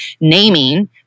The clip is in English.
naming